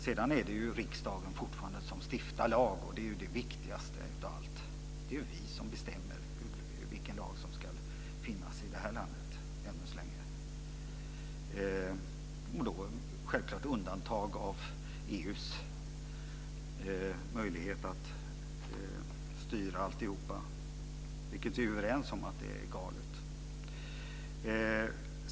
Sedan är det fortfarande riksdagen som stiftar lagar, och det är det viktigaste av allt. Det är ju vi som bestämmer vilka lagar som ska finnas i det här landet, ännu så länge, självklart med undantag av EU:s möjlighet att styra alltihop, vilket vi ju är överens om är galet.